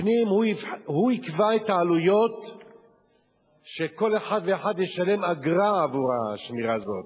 הפנים הוא יקבע את העלויות שכל אחד ואחד ישלם אגרה עבור השמירה הזאת,